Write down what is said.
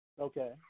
Okay